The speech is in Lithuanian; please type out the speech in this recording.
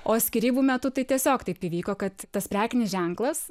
o skyrybų metu tai tiesiog taip įvyko kad tas prekinis ženklas